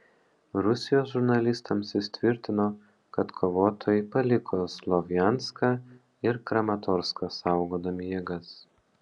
rusijos žurnalistams jis tvirtino kad kovotojai paliko slovjanską ir kramatorską saugodami jėgas